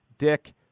Dick